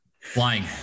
Flying